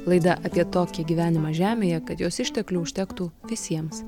laida apie tokį gyvenimą žemėje kad jos išteklių užtektų visiems